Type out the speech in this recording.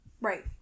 right